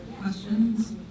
Questions